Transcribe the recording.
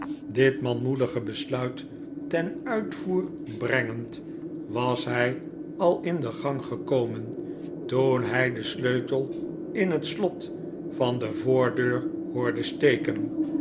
dit manmoedige besluit ten uitvoer brengend was hij al in de gang gekomen toen hij den sleutel in het slot van de voordeur hoorde steken